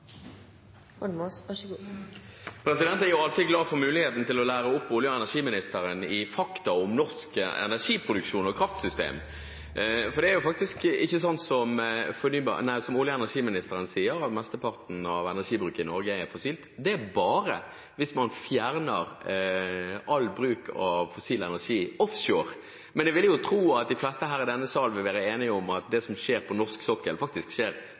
å lære opp olje- og energiministeren i fakta om norsk energiproduksjon og kraftsystem, for det er faktisk ikke sånn, som olje- og energiministeren sier, at mesteparten av energibruken i Norge er fossil; det er bare hvis man fjerner all bruk av fossil energi offshore. Jeg vil tro de fleste i denne salen vil være enige om at det som skjer på norsk sokkel, faktisk skjer